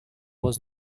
was